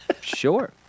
sure